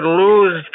lose